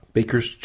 Baker's